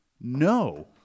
No